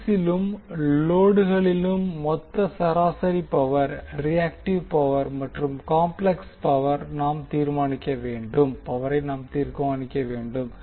சோர்ஸிலும் லோடுகளிலும் மொத்த சராசரி பவர் ரியாக்டிவ் பவர் மற்றும் காம்ப்ளெக்ஸ் பவரை நாம் தீர்மானிக்க வேண்டும்